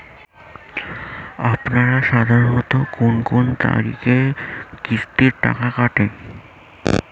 আপনারা সাধারণত কোন কোন তারিখে কিস্তির টাকা কাটে?